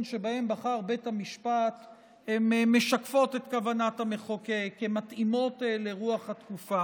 שבהן בחר בית המשפט משקפות את כוונת המחוקק ומתאימות לרוח התקופה.